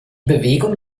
bewegung